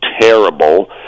terrible